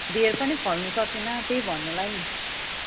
धेर पनि फल्नु सकेन त्यही भन्नुलाई नि